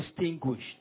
distinguished